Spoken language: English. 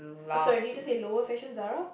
I'm sorry do you just said lower fashion Zara